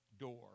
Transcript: door